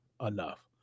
Enough